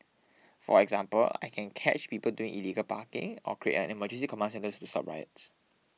for example I can catch people doing illegal parking or create an emergency command centre to stop riots